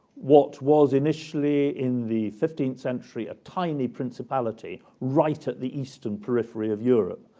what was initially in the fifteenth century, a tiny principality right at the eastern periphery of europe,